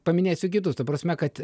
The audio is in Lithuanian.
paminėsiu gidus ta prasme kad